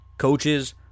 Coaches